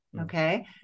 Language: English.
Okay